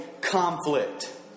conflict